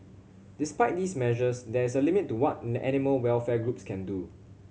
despite these measures there is a limit to what animal welfare groups can do